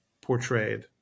portrayed